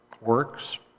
works